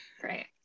Great